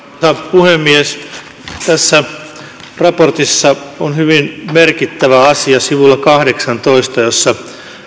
puhemies tässä kertomuksessa on hyvin merkittävä asia sivulla kahdeksantoista jossa